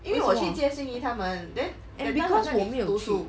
为什么 ah 因为我在读书